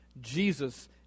Jesus